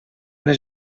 les